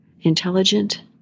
intelligent